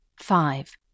Five